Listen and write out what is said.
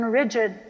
rigid